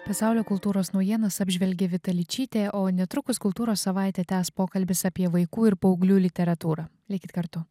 pasaulio kultūros naujienas apžvelgė vita ličytė o netrukus kultūros savaitę tęs pokalbis apie vaikų ir paauglių literatūrą likit kartu